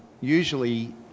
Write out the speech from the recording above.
usually